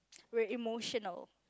we're emotional